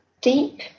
deep